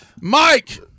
Mike